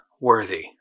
worthy